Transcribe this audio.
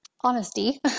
honesty